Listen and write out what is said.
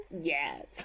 yes